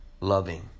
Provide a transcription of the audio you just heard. loving